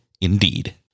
indeed